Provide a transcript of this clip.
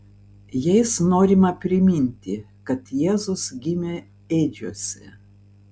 jais norima priminti kad jėzus gimė ėdžiose